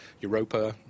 Europa